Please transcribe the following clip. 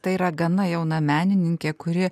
tai yra gana jauna menininkė kuri